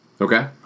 Okay